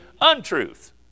untruth